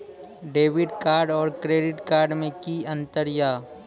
Debit card और credit card मे कि अंतर या?